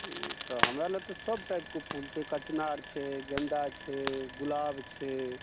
ओ तऽ हमरालग तऽ सब टाइपके फूल छै कचनार छै गेन्दा छै गुलाब छै